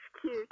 cute